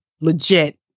legit